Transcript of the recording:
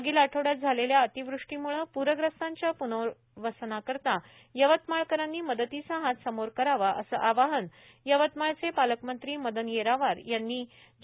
मागील आठवड़यात झालेल्या अतिवृष्टीमुळे पुरग्रस्तांच्या पुनर्वसनाकरीता यवतमाळकरांनी मदतीचा हात समोर करावा असे आवाहन यवतमाळचे पालकमंत्री मदन येरावार यांनी केले